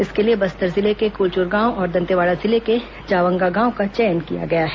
इसके लिए बस्तर जिले के कोलचूर गांव और दंतेवाड़ा जिले के जावंगा गांव का चयन किया गया है